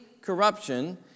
corruption